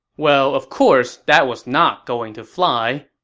well, of course that was not going to fly.